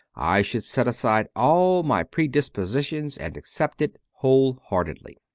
i should set aside all my predispositions and accept it whole heartedly.